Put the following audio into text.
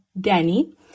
Danny